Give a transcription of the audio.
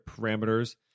parameters